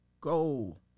go